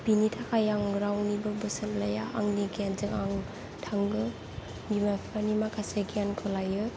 बिनि थाखाय आं रावनिबो बोसोन लाया आंनि गियानजों आं थाङो बिमा बिफानि माखासे गियानखौ लायो